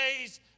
days